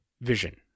vision